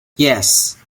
yes